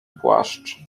płaszcz